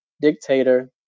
dictator